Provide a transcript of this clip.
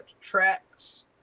tracks